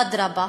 אדרבה,